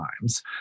times